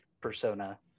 persona